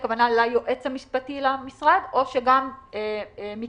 הכוונה ליועץ המשפטי למשרד או שגם מקרב